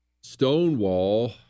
Stonewall